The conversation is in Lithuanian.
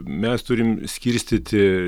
mes turim skirstyti